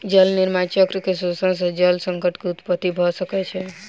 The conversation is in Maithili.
जल निर्माण चक्र के शोषण सॅ जल संकट के उत्पत्ति भ सकै छै